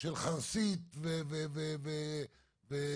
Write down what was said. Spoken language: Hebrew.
של חרסית ופיתוח.